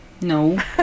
No